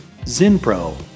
zinpro